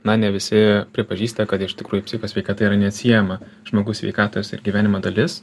na ne visi pripažįsta kad iš tikrųjų psichikos sveikata yra neatsiejama žmogaus sveikatos ir gyvenimo dalis